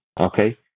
okay